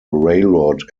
railroad